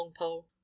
longpole